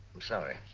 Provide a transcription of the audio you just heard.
i'm sorry.